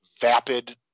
vapid